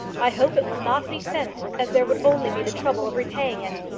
i hope it will not be sent, as there would only be the trouble of repaying it.